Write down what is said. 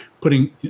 putting –